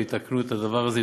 שיתקנו את הדבר הזה,